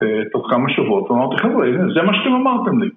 תוך כמה שבועות, טוב אמרתי חברה, זה מה שאתם אמרתם לי